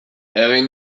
egin